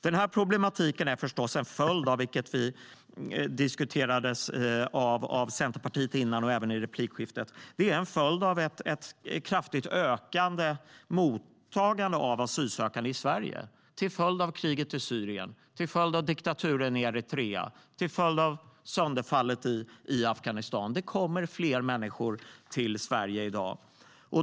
Den här problematiken är förstås en följd av ett kraftigt ökat mottagande av asylsökande i Sverige till följd av kriget i Syrien, diktaturen i Eritrea och sönderfallet i Afghanistan, vilket nämndes av Centerpartiets företrädare och även diskuterades i replikskiftet. Det kommer fler människor till Sverige i dag.